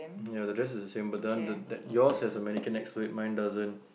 ya the dress is the same but then the that yours has a mannequin next to it mine doesn't